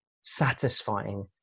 satisfying